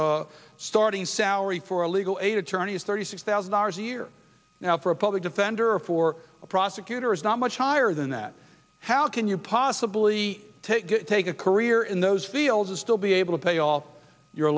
sir starting salary for a legal aid attorney is thirty six thousand dollars a year now for a public defender or for a prosecutor is not much higher than that how can you possibly take it take a career in those fields and still be able to pay off your